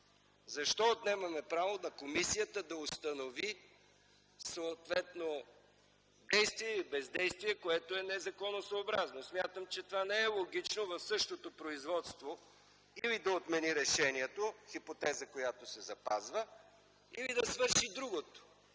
Защо отнемаме правото на комисията да установи съответно действие или бездействие, което е незаконосъобразно? Смятам, че не е логично – в същото производство или да отмени решението (хипотеза, която се запазва), или да констатира